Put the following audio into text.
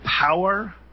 power